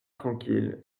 tranquille